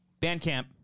Bandcamp